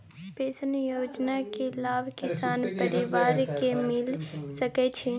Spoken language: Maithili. पेंशन योजना के लाभ किसान परिवार के मिल सके छिए?